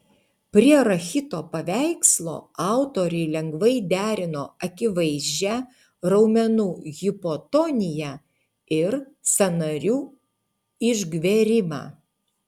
prie rachito paveikslo autoriai lengvai derino akivaizdžią raumenų hipotoniją ir sąnarių išgverimą